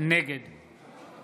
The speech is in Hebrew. נגד